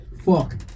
fuck